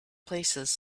places